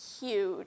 huge